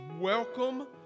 welcome